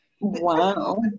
Wow